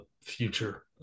future